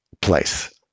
place